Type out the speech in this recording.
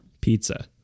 Pizza